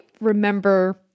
remember